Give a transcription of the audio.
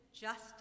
justice